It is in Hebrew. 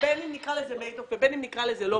בין אם נקרא לזה מיידוף ובין אם לא.